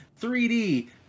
3D